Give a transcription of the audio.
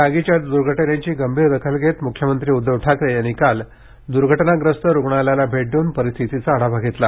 या आगीच्या दुर्घटनेची गंभीर दखल घेत मुख्यमंत्री उद्धव ठाकरे यांनी काल दुर्घटनाग्रस्त रुग्णालयाला भेट देऊन परिस्थितीचा आढावा घेतला